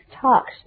talks